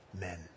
men